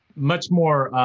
much more,